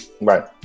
Right